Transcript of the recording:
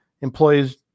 employees